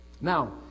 Now